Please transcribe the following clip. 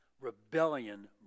rebellion